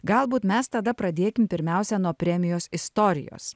galbūt mes tada pradėkim pirmiausia nuo premijos istorijos